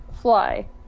fly